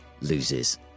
loses